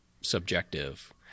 subjective